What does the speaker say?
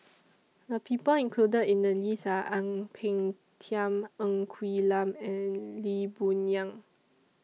The People included in The list Are Ang Peng Tiam Ng Quee Lam and Lee Boon Yang